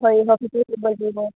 সৰিয়হ খেতি দিব লাগিব